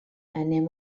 anem